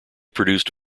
produced